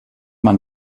man